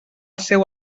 seu